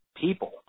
people